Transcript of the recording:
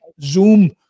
Zoom